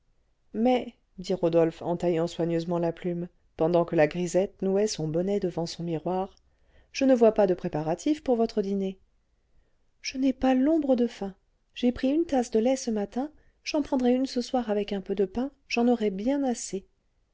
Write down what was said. mais dit rodolphe en taillant soigneusement la plume pendant que la grisette nouait son bonnet devant son miroir je ne vois pas de préparatifs pour votre dîner je n'ai pas l'ombre de faim j'ai pris une tasse de lait ce matin j'en prendrai une ce soir avec un peu de pain j'en aurai bien assez